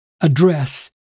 address